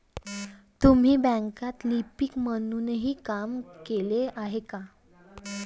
तुम्ही बँकेत लिपिक म्हणूनही काम केले आहे का?